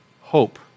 hope